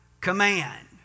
command